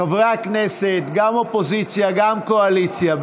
חברי הכנסת, גם אופוזיציה, גם קואליציה,